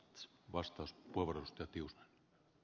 arvoisa puhemies